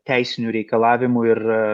teisinių reikalavimų ir